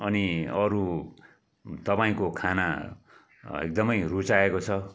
अनि अरू तपाईँको खाना एकदमै रूचाएको छ